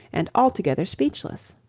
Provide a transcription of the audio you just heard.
and altogether speechless.